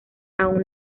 aún